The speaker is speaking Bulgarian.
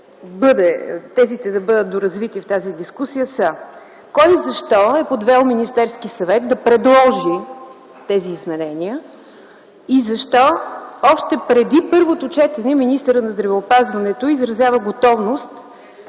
тезите да бъдат доразвити в тази дискусия, е: кой и защо е подвел Министерския съвет да предложи тези изменения и защо още преди първото четене министърът на здравеопазването изразява готовност